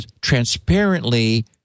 transparently